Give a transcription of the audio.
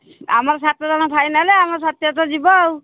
ଆମର ସାତ ଜଣ ଫାଇନାଲ ଆମର ସତ୍ୟ ତ ଯିବ ଆଉ